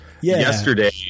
yesterday